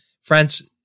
France